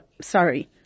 sorry